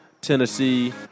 Tennessee